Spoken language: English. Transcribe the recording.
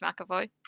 McAvoy